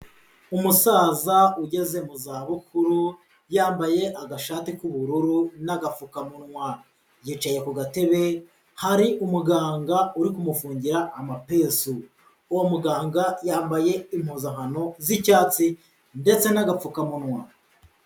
Umusaza ugeze mu zabukuru yambaye agashati k'ubururu n'agapfukamunwa. Yicaye ku gatebe, hari umuganga uri kumufungira amapesu. Uwo muganga yambaye impozankano z'icyatsi ndetse n'agapfukamunwa.